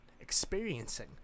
experiencing